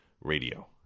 Radio